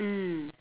mm